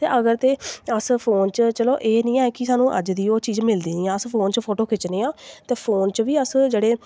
ते अगर ते अस फोन च चलो एह् निं ऐ कि सानूं अज्ज दी ओह् चीज़ मिलदी निं ऐ अस फोन च फोटो खिच्चने आं ते फोन च बी अस जेह्ड़े